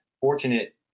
fortunate